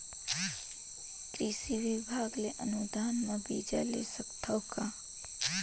कृषि विभाग ले अनुदान म बीजा ले सकथव का?